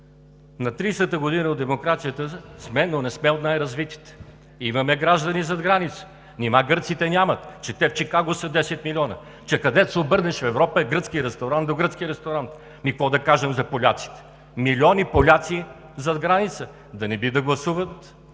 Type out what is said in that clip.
На 30-ата година от демокрацията сме, но не сме от най-развитите. Имаме граждани зад граница. Нима гърците нямат? Че те в Чикаго са 10 милиона! Че накъдето и да се обърнеш в Европа е гръцки ресторант до гръцки ресторант! Ами какво да кажем за поляците? Милиони поляци зад граница! Да не би да гласуват